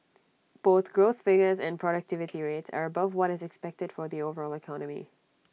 both growth figures and productivity rates are above what is expected for the overall economy